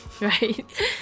right